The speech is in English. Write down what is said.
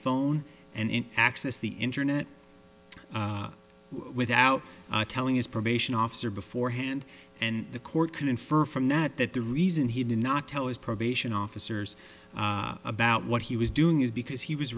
phone and access the internet without telling his probation officer beforehand and the court can infer from that that the reason he did not tell his probation officers about what he was doing is because he was